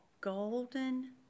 Golden